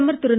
பிரதமர் திரு